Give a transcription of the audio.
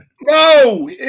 No